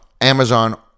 Amazon